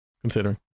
considering